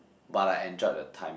but I enjoyed the time